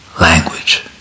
language